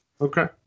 Okay